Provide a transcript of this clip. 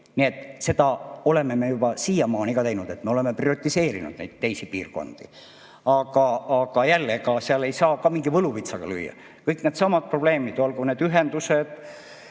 Nii et seda oleme me siiamaani ka teinud, me oleme prioriseerinud neid teisi piirkondi. Aga jälle, ega seal ei saa ka mingi võluvitsaga lüüa. Kõik needsamad probleemid, olgu ühendused,